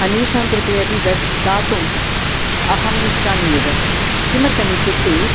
अन्येषां कृते अपि दद् दातुम् अहम् इच्छामि एव किमर्थम् इत्युक्ते